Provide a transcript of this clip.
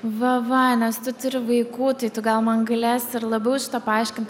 va va nes tu turi vaikų tai tu gal man galėsi ir labiau šitą paaiškint